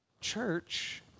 Church